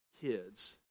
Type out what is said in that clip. kids